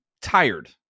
tired